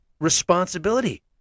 responsibility